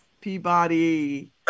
Peabody